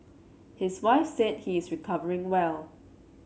his wife said he is recovering well